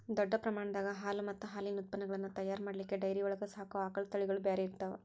ದೊಡ್ಡ ಪ್ರಮಾಣದಾಗ ಹಾಲು ಮತ್ತ್ ಹಾಲಿನ ಉತ್ಪನಗಳನ್ನ ತಯಾರ್ ಮಾಡ್ಲಿಕ್ಕೆ ಡೈರಿ ಒಳಗ್ ಸಾಕೋ ಆಕಳ ತಳಿಗಳು ಬ್ಯಾರೆ ಇರ್ತಾವ